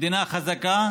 מדינה חזקה